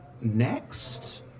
Next